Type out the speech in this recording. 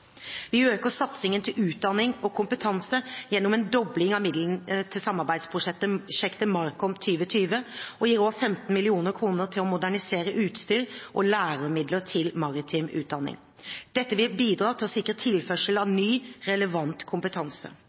Vi øker satsingen på utdanning og kompetanse gjennom en dobling av midlene til samarbeidsprosjektet MARKOM2020 og gir også 15 mill. kr til å modernisere utstyr og læremidler til maritim utdanning. Dette vil bidra til å sikre tilførsel av ny, relevant kompetanse.